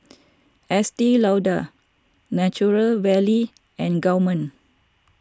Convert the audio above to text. Estee Lauder Nature Valley and Gourmet